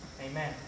Amen